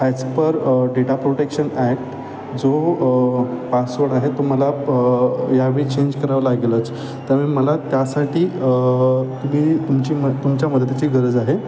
as per data protection act जो password आहे तो मला प ह्यावेळी चेंज करावा लागेलच त्यामुळे मला त्यासाठी तुम्ही तुमची म तुमच्या मदतीची गरज आहे